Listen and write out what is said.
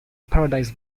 paradise